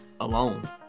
alone